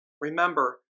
Remember